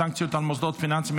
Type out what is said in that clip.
סנקציות על מוסדות פיננסיים),